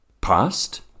Past